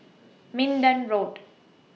Minden Road